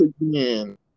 again